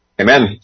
Amen